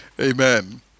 Amen